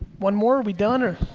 one more, are we done, or?